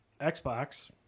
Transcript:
Xbox